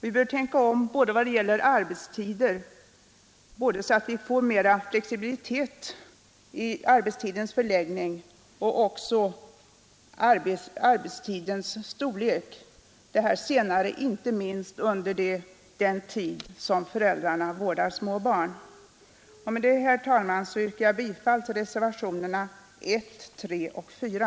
Vi bör tänka om både när det gäller flexibiliteten i arbetstidens förläggning och när det gäller arbetstidens längd, det senare inte minst under den period då föräldrarna vårdar små barn. Med detta, herr talman, yrkar jag bifall till reservationerna 1, 3 och 4.